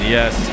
yes